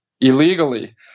illegally